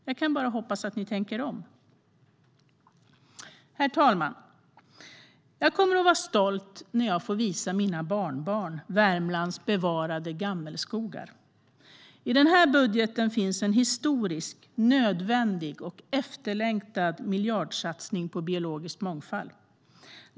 Jag kan bara hoppas att de tänker om. Herr talman! Jag kommer att vara stolt när jag får visa mina barnbarn Värmlands bevarade gammelskogar. I den här budgeten finns en historisk, nödvändig och efterlängtad miljardsatsning på biologisk mångfald.